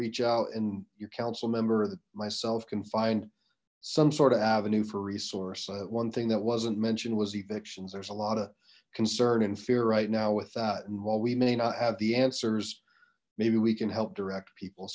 reach out and your council member myself can find some sort of avenue for resource one thing that wasn't mentioned was eviction there's a lot of concern and fear right now with that and while we may not have the answers maybe we can help direct people